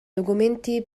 documenti